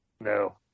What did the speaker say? No